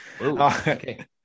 Okay